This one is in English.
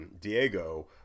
diego